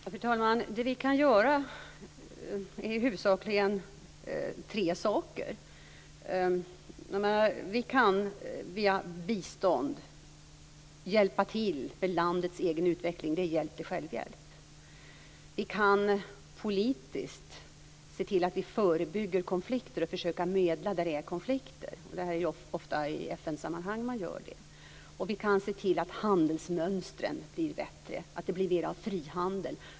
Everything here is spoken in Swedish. Fru talman! Det vi kan göra är huvudsakligen tre saker. Vi kan via bistånd hjälpa till med landets egen utveckling. Det är hjälp till självhjälp. Vi kan politiskt se till att vi förebygger konflikter och försöker medla när det blir konflikter. Det är ofta i FN-sammanhang man gör det. Vi kan också se till att handelsmönstren blir bättre, att det blir mer av frihandel.